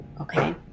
okay